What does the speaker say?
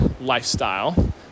lifestyle